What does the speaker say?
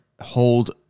hold